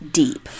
deep